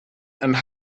and